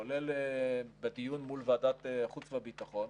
כולל בדיון מול ועדת החוץ והביטחון,